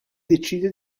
decide